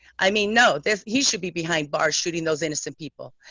i mean, know this, he should be behind bars shooting those innocent people,